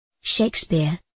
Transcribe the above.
Shakespeare